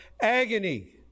agony